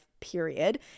period